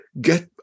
get